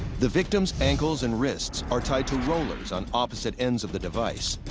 the victim's ankles and wrists are tied to rollers on opposite ends of the device.